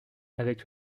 avec